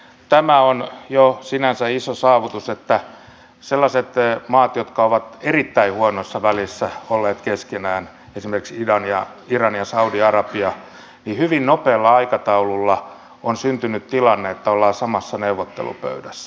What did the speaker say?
tämä on jo sinänsä iso saavutus että sellaisten maiden välillä jotka ovat erittäin huonoissa väleissä olleet keskenään esimerkiksi iran ja saudi arabia hyvin nopealla aikataululla on syntynyt tilanne että ollaan samassa neuvottelupöydässä